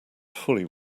fully